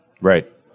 right